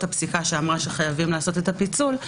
הפסיקה שאמרה שחייבים לעשות את הפיצול,